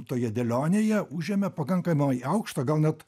toje dėlionėje užėmė pakankamai aukštą gal net